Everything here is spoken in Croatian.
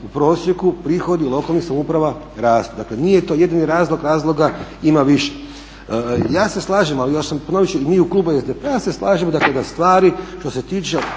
u prosjeku prihodi lokalnih samouprava rastu. Dakle, nije to jedini razlog, razloga ima više. Ja se slažem, ali još sam, ponovit ću mi u klubu SDP-a se slažemo, dakle da stvari što se tiče